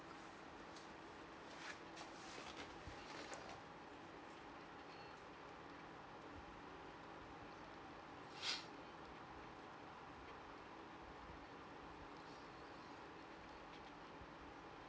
oh